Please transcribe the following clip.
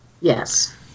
Yes